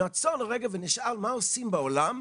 נעצור לרגע ונשאל מה עושים בעולם,